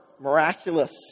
miraculous